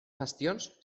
bastions